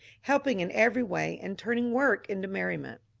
belping in every way and turning work into mer riment.